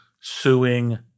suing